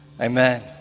Amen